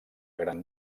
gran